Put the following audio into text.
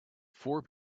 four